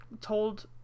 told